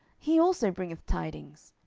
he also bringeth tidings.